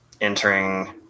entering